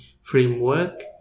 framework